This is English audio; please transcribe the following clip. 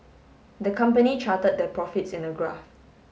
the company charted their profits in a graph